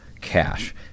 cash